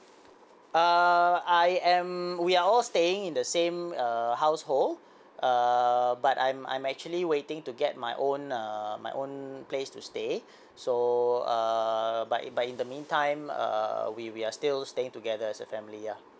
uh I am we are all staying in the same err household err but I'm I'm actually waiting to get my own uh my own place to stay so err but but in the mean time err we we are still staying together as a family ya